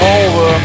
over